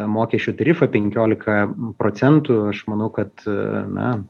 mokesčio tarifą penkiolika procentų aš manau kad na